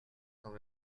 quand